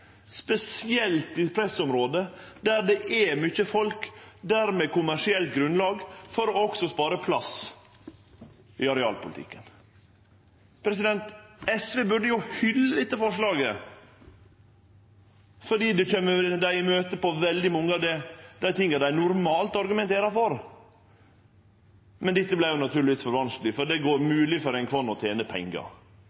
spesielt i pressområda der det er mykje folk, og dermed kommersielt grunnlag også for å spare plass i arealpolitikken. SV burde hylle dette forslaget fordi det kjem dei i møte på veldig mykje av det dei normalt argumenterer for. Men dette vart naturlegvis for vanskeleg – fordi det er mogleg for einkvan å tene pengar. Ja, det